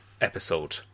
episode